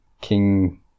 King